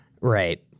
Right